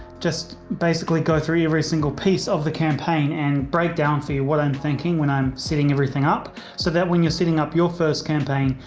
just basically go through every single piece of the campaign and break down, see what i'm thinking when i'm setting everything up so that when you're setting up your first campaign,